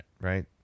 right